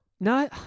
No